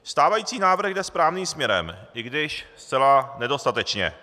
Stávající návrh jde správným směrem, i když zcela nedostatečně.